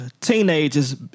teenagers